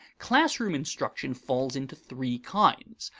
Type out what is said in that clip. classroom instruction falls into three kinds.